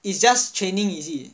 it's just training is it